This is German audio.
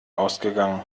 ausgegangen